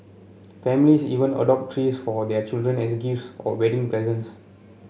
families even adopt trees for their children as gifts or wedding presents